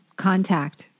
contact